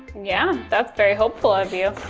yeah, that's very hopeful of you.